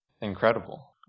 incredible